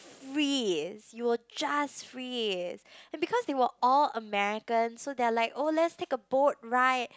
freeze you'll just freeze and because they were all Americans so they're like oh so let's take a boat ride